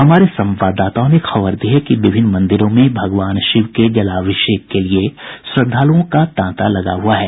हमारे संवाददाताओं ने खबर दी है कि विभिन्न मंदिरों में भगवान शिव के जलाभिषेक के लिये श्रद्धालुओं का तांता लगा हुआ है